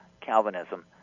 Calvinism